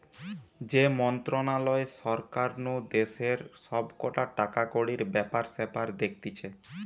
যে মন্ত্রণালয় সরকার নু দেশের সব কটা টাকাকড়ির ব্যাপার স্যাপার দেখতিছে